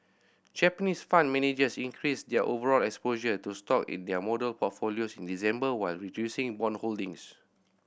Japanese fund managers increased their overall exposure to stock in their model portfolios in December while reducing bond holdings